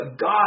God